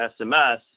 SMS